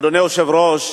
אדוני היושב-ראש,